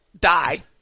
die